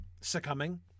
succumbing